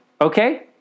okay